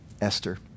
Esther